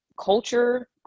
culture